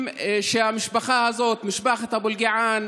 השאלה: מהי תשובתך בעניין,